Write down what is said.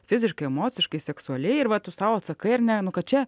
fiziškai emociškai seksualiai ir va tu sau atsakai ar ne nu kad čia